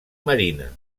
marina